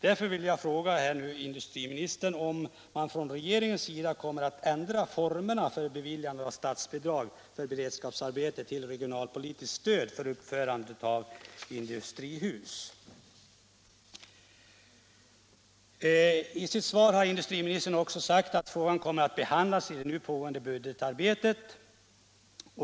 Därför vill jag fråga industriministern om regeringen kommer att ändra formerna för beviljande av statsbidrag för beredskapsarbete till regionalpolitiskt stöd för uppförande av industrihus. I sitt svar har industriministern också sagt att frågan kommer att behandlas i det nu pågående budgetarbetet.